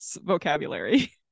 vocabulary